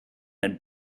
and